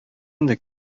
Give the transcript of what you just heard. инде